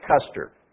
Custer